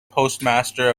postmaster